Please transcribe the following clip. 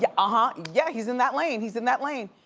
yeah, ah yeah he's in that lane, he's in that lane.